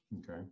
Okay